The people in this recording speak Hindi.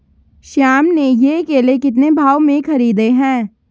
श्याम ने ये केले कितने भाव में खरीदे हैं?